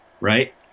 right